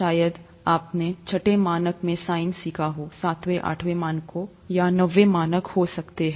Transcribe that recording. शायद आपने छठे मानक में साइन सीखा हो सातवें आठवें मानकों या नौवें मानक हो सकते हैं